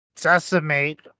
decimate